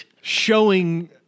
showing